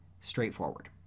straightforward